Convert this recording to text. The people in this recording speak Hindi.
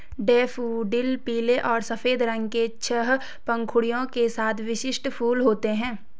डैफ़ोडिल पीले और सफ़ेद रंग के छह पंखुड़ियों के साथ विशिष्ट फूल होते हैं